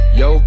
yo